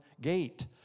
gate